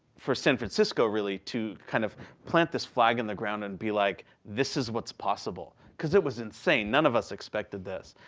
for san francisco really to kind of plant this flag in the ground and be like, this is what's possible. because it was insane. none of us expected this.